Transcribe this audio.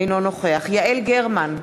אינו נוכח יעל גרמן,